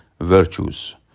virtues